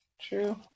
True